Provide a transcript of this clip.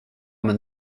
men